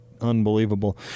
unbelievable